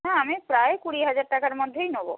হ্যাঁ আমি প্রায় কুড়ি হাজার টাকার মধ্যেই নেব